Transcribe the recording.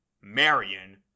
Marion